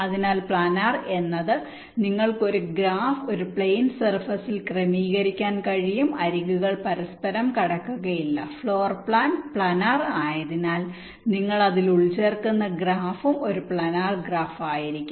അതിനാൽ പ്ലാനർ എന്നാൽ നിങ്ങൾക്ക് ഗ്രാഫ് ഒരു പ്ലെയിൻ സർഫേസിൽ ക്രമീകരിക്കാൻ കഴിയും അരികുകൾ പരസ്പരം കടക്കുകയില്ല ഫ്ലോർ പ്ലാൻ പ്ലാനർ ആയതിനാൽ നിങ്ങൾ അതിൽ ഉൾച്ചേർക്കുന്ന ഗ്രാഫും ഒരു പ്ലാനർ ഗ്രാഫായിരിക്കും